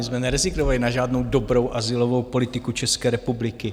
My jsme nerezignovali na žádnou dobrou azylovou politiku České republiky.